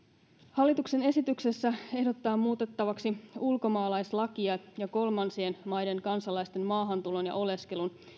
hallituksen esityksessä ehdotetaan muutettavaksi ulkomaalaislakia ja kolmansien maiden kansalaisten maahantulon ja oleskelun